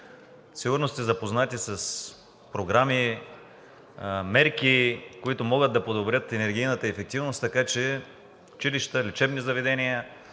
Сигурно сте запознати с програми, мерки, които могат да подобрят енергийната ефективност, така че училищата, лечебни заведения,